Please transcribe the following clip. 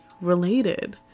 related